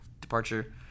departure